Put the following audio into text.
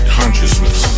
consciousness